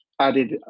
added